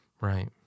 Right